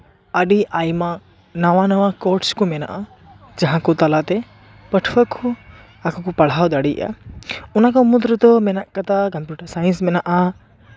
ᱟᱹᱰᱤ ᱟᱭᱢᱟ ᱱᱟᱶᱟ ᱱᱟᱶᱟ ᱠᱳᱨᱥ ᱠᱚ ᱢᱮᱱᱟᱜᱼᱟ ᱡᱟᱦᱟᱸ ᱠᱚ ᱛᱟᱞᱟᱛᱮ ᱯᱟᱹᱴᱷᱩᱣᱟᱹ ᱠᱚ ᱟᱠᱚ ᱠᱚ ᱯᱟᱲᱦᱟᱣ ᱫᱟᱲᱮᱭᱟᱜᱼᱟ ᱚᱱᱟᱠᱚ ᱢᱩᱫᱨᱮᱫᱚ ᱢᱮᱱᱟᱜ ᱟᱠᱟᱫᱟ ᱠᱚᱢᱯᱤᱭᱩᱴᱟᱨ ᱥᱟᱭᱮᱱᱥ ᱢᱮᱱᱟᱜᱼᱟ